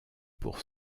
pour